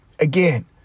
again